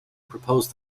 proposed